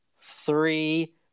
three